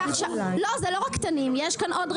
שופרסל בדרך כלל מביאה תוצרת חקלאית ישראלית,